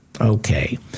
Okay